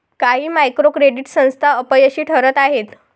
काही micro credit संस्था अपयशी ठरत आहेत